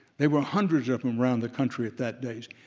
there were hundreds of them around the country at that days.